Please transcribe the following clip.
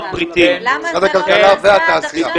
למה זה לא נעשה עד עכשיו?